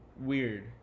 weird